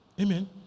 Amen